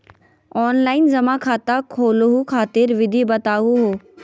Online जमा खाता खोलहु खातिर विधि बताहु हो?